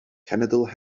cenedl